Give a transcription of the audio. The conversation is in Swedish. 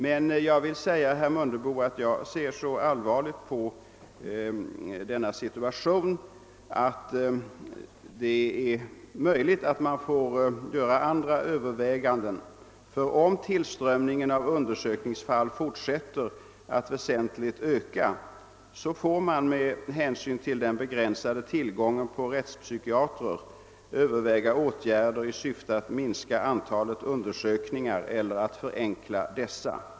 Men jag vill säga herr Mundebo att jag ser så allvar ligt på situationen, att jag anser det möjligt att vi måste göra andra öÖöverväganden. Ty om tillströmningen av undersökningsfall fortsätter att väsentligt öka får man ta hänsyn till den begränsade tillgången på rättspsykiatrer och överväga åtgärder i syfte att minska antalet undersökningar eller att förenkla dessa.